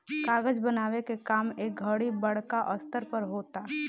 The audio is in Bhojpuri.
कागज बनावे के काम ए घड़ी बड़का स्तर पर होता